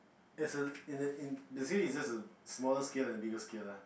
it's a it's a in the series is just a smaller scale and bigger scale lah